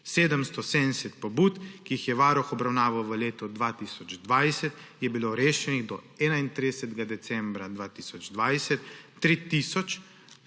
770 pobud, ki jih je Varuh obravnaval v letu 2020, sta bili rešeni do 31. decembra 2020 3